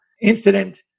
incident